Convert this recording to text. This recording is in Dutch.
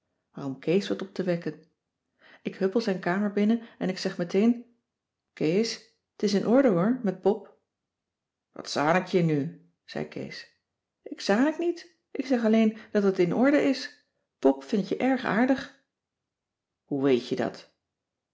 om kees wat op te wekken ik huppel zijn kamer binnen en ik zeg meteen kees t is in orde hoor met pop wat zanik je nu zei kees ik zanik niet ik zeg alleen dat het in orde is pop vindt je erg aardig hoe weet je dat